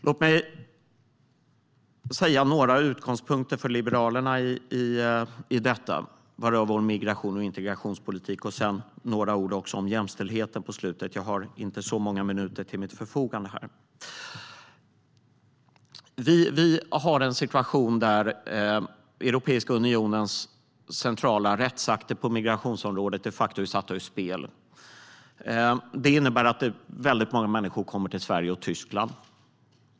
Låt mig redogöra för några utgångspunkter för Liberalerna rörande vår migrations och integrationspolitik och sedan säga några ord om jämställdheten på slutet. Jag har inte så många minuter till mitt förfogande. Vi har en situation där Europeiska unionens centrala rättsakter på migrationsområdet de facto är satta ur spel. Det innebär att väldigt många människor kommer till Sverige och Tyskland.